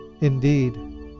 Indeed